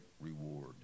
reward